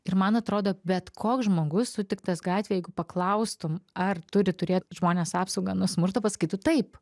ir man atrodo bet koks žmogus sutiktas gatvėj jeigu paklaustum ar turi turėt žmonės apsaugą nuo smurto pasakytų taip